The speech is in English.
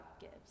gives